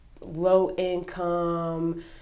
low-income